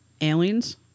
aliens